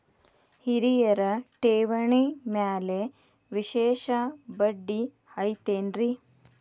ಹಿರಿಯರ ಠೇವಣಿ ಮ್ಯಾಲೆ ವಿಶೇಷ ಬಡ್ಡಿ ಐತೇನ್ರಿ?